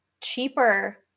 cheaper